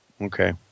Okay